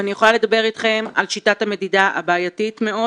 ואני יכולה לדבר איתכם על שיטת המדידה הבעייתית מאוד